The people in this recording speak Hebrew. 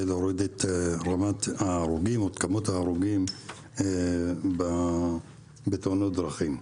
להוריד את כמות ההרוגים בתאונות דרכים.